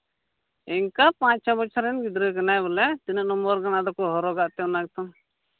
ᱤᱱᱠᱟᱹ ᱯᱟᱸᱪ ᱪᱷᱚᱭ ᱵᱚᱪᱷᱚᱨ ᱨᱮᱱ ᱜᱤᱫᱽᱨᱟᱹ ᱠᱟᱱᱟᱭ ᱵᱚᱞᱮ ᱛᱤᱱᱟᱹᱜ ᱱᱚᱢᱵᱚᱨ ᱠᱟᱱᱟ ᱟᱫᱚ ᱠᱚ ᱦᱚᱨᱚᱜᱟ ᱚᱱᱟ ᱛᱚ